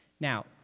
Now